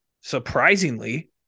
surprisingly